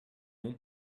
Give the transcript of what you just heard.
non